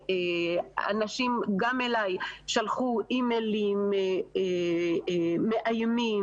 אנשים גם אליי שלחו אימיילים מאיימים,